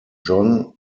john